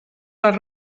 les